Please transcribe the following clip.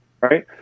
right